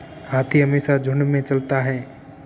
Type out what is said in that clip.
हाथी हमेशा झुंड में चलता है